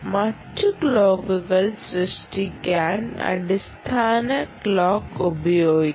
മറ്റ് ക്ലോക്കുകൾ സൃഷ്ടിക്കാൻ അടിസ്ഥാന ക്ലോക്ക് ഉപയോഗിക്കാം